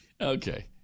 Okay